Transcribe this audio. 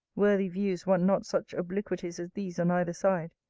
worthy views want not such obliquities as these on either side.